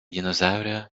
dinosaurio